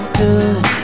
good